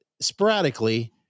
sporadically